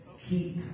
keep